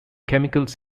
chemicals